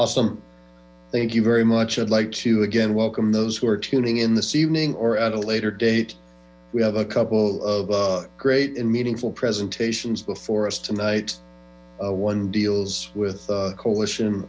awesome thank you very much i'd like to again welcome those who are tuning in this evening or at a later date we have a couple of great and meaningful presentations before us tonight one deals with coalition